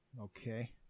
Okay